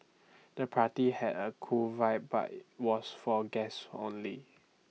the party had A cool vibe but was for guests only